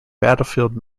battlefield